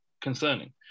concerning